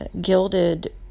gilded